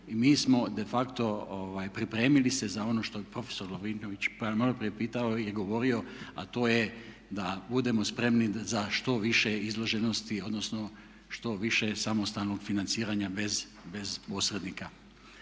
mi smo de facto pripremili se za ono što je prof. Lovrinović malo prije pitao i govorio, a to je da budemo spremni za što više izloženosti, odnosno što više samostalnog financiranja bez posrednika.